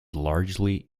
largely